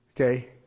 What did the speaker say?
Okay